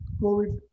COVID